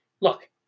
Look